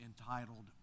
entitled